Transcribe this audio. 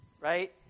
right